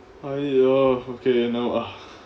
!aiyo! okay you know ah